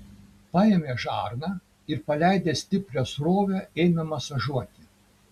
paėmė žarną ir paleidęs stiprią srovę ėmė masažuoti